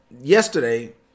yesterday